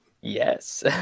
Yes